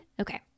Okay